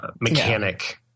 mechanic